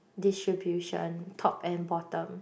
distribution top and bottom